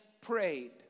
prayed